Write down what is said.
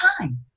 time